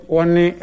one